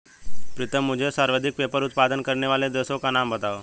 प्रीतम मुझे सर्वाधिक पेपर उत्पादन करने वाले देशों का नाम बताओ?